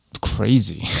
crazy